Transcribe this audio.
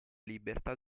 libertà